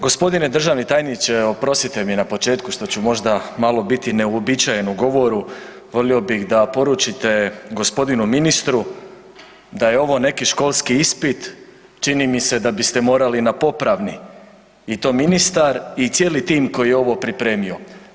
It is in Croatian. Gospodine državni tajniče, oprostite mi na početku što ću možda malo biti neuobičajen u govoru, volio bih da poručite g. ministru da je ovo neki školski ispit, čini mi se da biste morali na popravni i to ministar i cijeli tim koji je ovo pripremio.